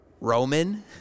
Roman